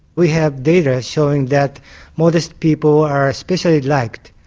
we have data showing that modest people are especially liked,